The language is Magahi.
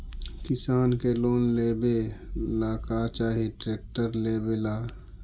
किसान के लोन लेबे ला का चाही ट्रैक्टर लेबे ला?